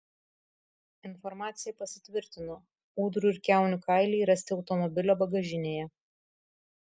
informacija pasitvirtino ūdrų ir kiaunių kailiai rasti automobilio bagažinėje